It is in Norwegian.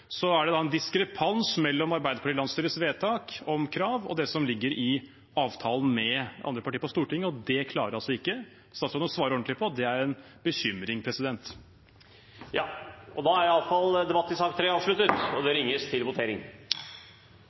Så er det en diskrepans mellom Arbeiderpartiets landsstyres vedtak og det som ligger i avtalen med andre partier på Stortinget. Det klarer ikke statsråden å svare ordentlig på, og det er en bekymring. Flere har ikke bedt om ordet til sak nr. 3. Da er Stortinget klar til å gå til votering. Under debatten er det